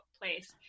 place